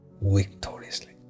Victoriously